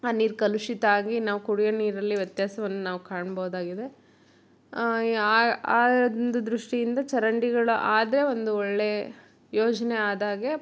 ಆ ನೀರು ಕಲುಷಿತ ಆಗಿ ನಾವು ಕುಡಿಯೋ ನೀರಲ್ಲಿ ವ್ಯತ್ಯಾಸವನ್ನ ನಾವು ಕಾಣ್ಬೋದಾಗಿದೆ ಆ ಒಂದು ದೃಷ್ಟಿಯಿಂದ ಚರಂಡಿಗಳು ಆದರೆ ಒಂದು ಒಳ್ಳೆ ಯೋಜನೆ ಆದಾಗೆ